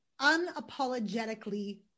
unapologetically